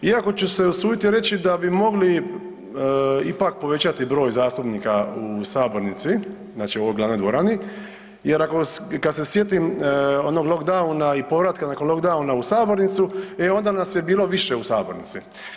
Iako ću se usuditi i reći da bi mogli ipak povećati broj zastupnika u sabornici, znači u ovoj glavnoj dvorani jer ako, kad se sjetim onog lockdowna i povratka nakon lockdowna u sabornicu e onda nas je bilo više u sabornici.